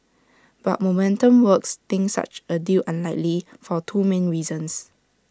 but momentum works thinks such A deal unlikely for two main reasons